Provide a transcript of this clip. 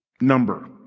number